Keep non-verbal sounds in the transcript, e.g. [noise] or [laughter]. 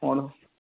[unintelligible]